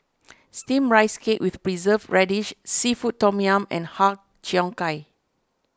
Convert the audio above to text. Steamed Rice Cake with Preserved Radish Seafood Tom Yum and Har Cheong Gai